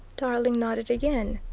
tarling nodded again.